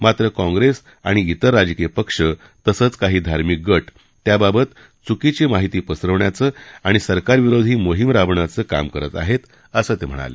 मात्र काँग्रेस आणि इतर राजकीय पक्ष तसंच काही धार्मिक गट त्याबाबत चुकीची माहिती पसरवण्याचं आणि सरकारविरोधी मोहीम राबवण्याचं काम करत आहेत असं ते म्हणाले